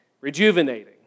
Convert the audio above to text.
rejuvenating